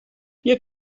wir